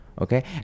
okay